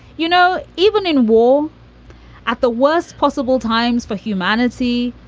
you know, even in war at the worst possible times for humanity,